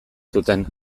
zuten